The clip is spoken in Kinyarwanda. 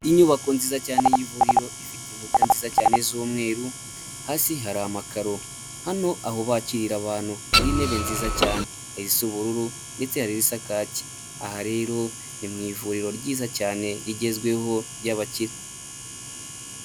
Inyubako nziza cyane y'ivuriro ifite inkuta nziza cyane z'umweru hasi hari amakaro, hano aho bakirira abantu hari intebe nziza cyane izisa ubururu ndetse hari n'izisa kacye, aha rero ni mu ivuriro ryiza cyane rigezweho ry'abakire.